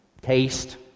Taste